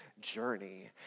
journey